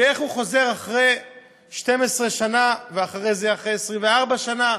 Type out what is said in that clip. ואיך הוא חוזר אחרי 12 שנה, ואחרי זה אחרי 24 שנה?